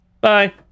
Bye